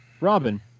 robin